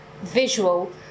visual